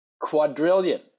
quadrillion